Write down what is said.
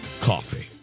coffee